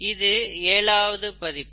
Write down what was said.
இது ஏழாவது பதிப்பு